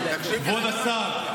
כבוד השר,